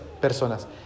personas